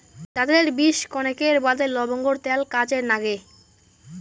দাতের বিষ কণেকের বাদে লবঙ্গর ত্যাল কাজে নাগে